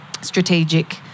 strategic